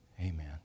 amen